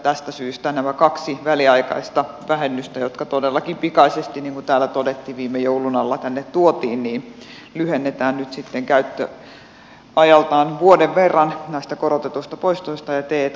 tästä syystä nämä kaksi väliaikaista vähennystä jotka todellakin pikaisesti niin kuin täällä todettiin viime joulun alla tänne tuotiin lyhennetään nyt sitten käyttöajaltaan vuoden verran näistä korotetuista poistoista ja t k vähennyksistä